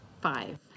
Five